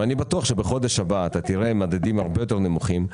ואני בטוח שבחודש הבא נראה מדדים הרבה יותר נמוכים.